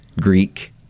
Greek